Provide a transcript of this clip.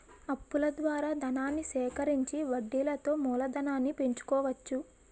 అప్పుల ద్వారా ధనాన్ని సేకరించి వడ్డీలతో మూలధనం పెంచుకోవచ్చు